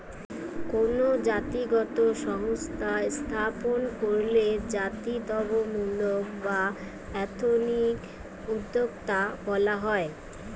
কোনো জাতিগত সংস্থা স্থাপন কইরলে জাতিত্বমূলক বা এথনিক উদ্যোক্তা বলা হয়